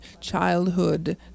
childhood